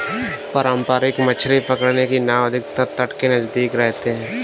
पारंपरिक मछली पकड़ने की नाव अधिकतर तट के नजदीक रहते हैं